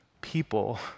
people